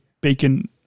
bacon